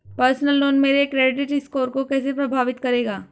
Personal loan मेरे credit score को कैसे प्रभावित करेगा?